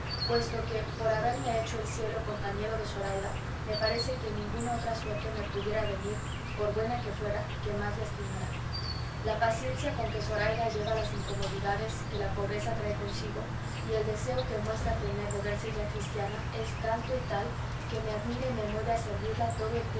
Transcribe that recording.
puesto que por haberme hecho el cielo compañero de zoraida me parece que ninguna otra suerte me pudiera venir por buena que fuera que más la estimara la paciencia con que zoraida lleva las incomodidades que la pobreza trae consigo y el deseo que muestra tener de verse ya cristiana es tanto y tal que me admira y me mueve a servirla todo el